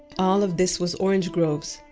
all of this was orange groves,